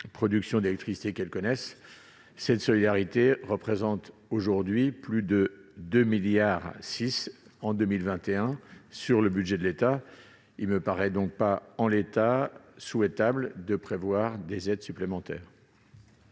production d'électricité qu'elles connaissent, cette solidarité représentera plus de 2,6 milliards d'euros sur le budget de l'État en 2021. Il ne me paraît donc pas souhaitable de prévoir des aides supplémentaires